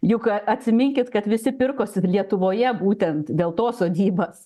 juk atsiminkit kad visi pirkosi lietuvoje būtent dėl to sodybas